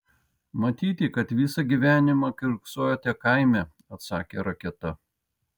matyti kad visą gyvenimą kiurksojote kaime atsakė raketa